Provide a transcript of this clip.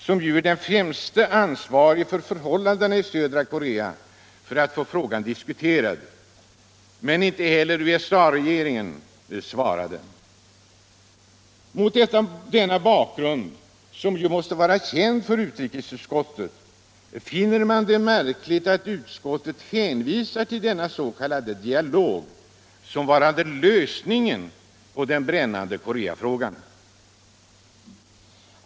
som ju är den främste ansvarige för förhållandena i södra Korca, för att få frågan diskuterad. Inte hetler USA:s regering svarade. Mot denna bakgrund, som måste vara känd för utrikesutskoucet. finner man det märkligt att utskottet hänvisar till den s.k. dialogen såsom varande lösningen på den brännande Koreafrågan.